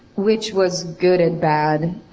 which was good and bad